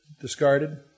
discarded